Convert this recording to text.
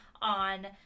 on